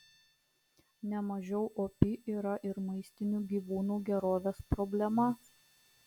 nemažiau opi yra ir maistinių gyvūnų gerovės problema